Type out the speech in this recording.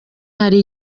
hari